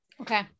Okay